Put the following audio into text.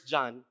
John